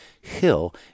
hill